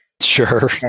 Sure